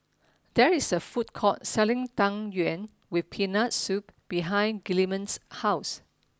there is a food court selling Tang Yuen with peanut soup behind Gilman's house